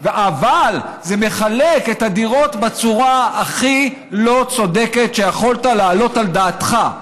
אבל זה מחלק את הדירות בצורה הכי לא צודקת שיכולת להעלות על דעתך.